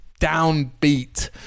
downbeat